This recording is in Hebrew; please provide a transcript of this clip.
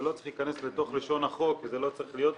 זה לא צריך להיכנס לתוך לשון החוק כי זה לא צריך להיות בחוק,